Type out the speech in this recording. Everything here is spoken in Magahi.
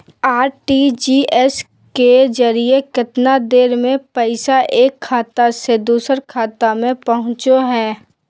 आर.टी.जी.एस के जरिए कितना देर में पैसा एक खाता से दुसर खाता में पहुचो है?